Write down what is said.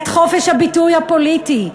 את חופש הביטוי הפוליטי,